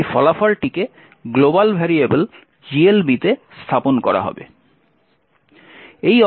এর ফলাফলটিকে global variable GLB তে স্থাপন করা হবে